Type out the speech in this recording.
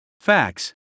Facts